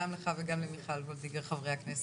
גם לך וגם למיכל וולדיגר חברת הכנסת,